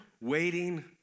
waiting